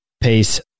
Pace